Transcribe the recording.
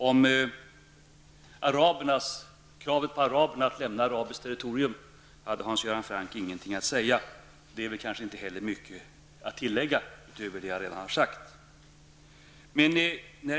Om kravet på araberna att lämna arabiskt territorium hade Hans Göran Franck ingenting att säga. Det finns kanske inte heller mycket att tillägga utöver vad jag redan har sagt.